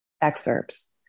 excerpts